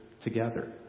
together